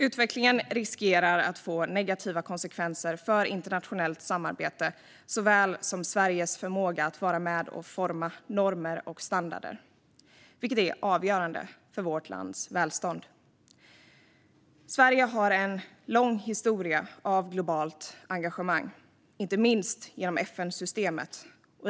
Utvecklingen riskerar att få negativa konsekvenser för internationellt samarbete såväl som för Sveriges förmåga att vara med och forma normer och standarder, vilket är avgörande för vårt lands välstånd. Sverige har en lång historia av globalt engagemang, inte minst genom FN-systemet.